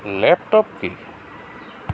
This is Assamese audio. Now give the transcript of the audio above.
লেপটপ কি